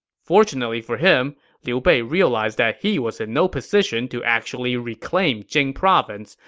fortunately for him, liu bei realized that he was in no position to actually reclaim jing province,